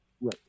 Right